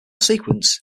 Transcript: sequence